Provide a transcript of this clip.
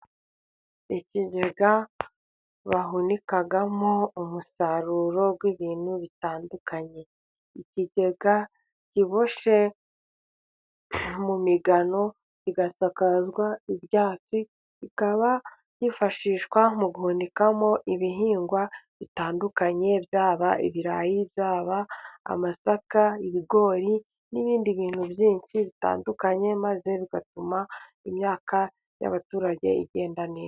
Ikigega bahunikamo umusaruro w'ibintu bitandukanye. Ikigega kiboshye mu migano， kigasakazwa ibyatsi， kikaba kifashishwa mu guhunikamo ibihingwa bitandukanye， byaba ibirayi， byaba amasaka， ibigori，n'ibindi bintu byinshi bitandukanye，maze bigatuma imyaka y'abaturage，igenda neza.